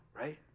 Right